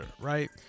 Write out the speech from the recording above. Right